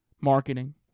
marketing